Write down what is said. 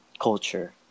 culture